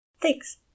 Thanks